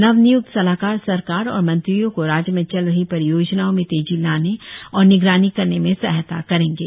नव नियुक्त सलाहकार सरकार और मंत्रियों को राज्य में चल रही परियोजनाओं में तेजी लाने और निगरानी करने में सहायता करेंगे